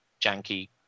janky